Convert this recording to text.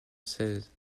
seize